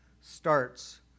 starts